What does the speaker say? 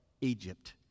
Egypt